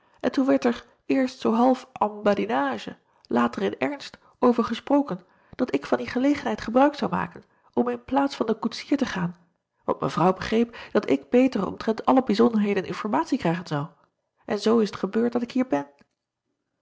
en toen werd er eerst zoo half en badinage later in ernst over gesproken dat ik van die gelegenheid gebruik zou maken om in plaats van den koetsier te gaan want evrouw begreep dat ik beter acob van ennep laasje evenster delen omtrent alle bijzonderheden informatie krijgen zou en zoo is het gebeurd dat ik hier ben